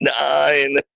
nine